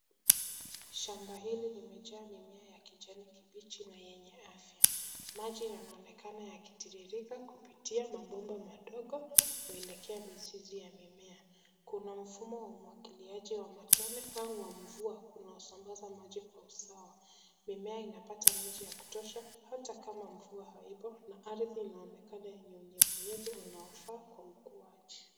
Shamba hili limejaa mimea ya kijani kibichi na yenye afya. Maji yanaonekana yakitiririka kupitia mabomba madogo kuelekea mizizi ya mimea. Kuna mfumo wa umwagiliaji wa matone au wa mvua unaosambaza maji kwa usawa. Mimea inapata maji ya kutosha hata kama mvua haiko na ardhi inaonekana yenye unyevunyevu unaofaa kwa ukuaji.